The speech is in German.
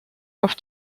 auf